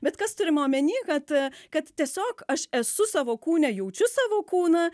bet kas turima omeny kad kad tiesiog aš esu savo kūne jaučiu savo kūną